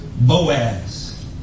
Boaz